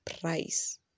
price